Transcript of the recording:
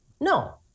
No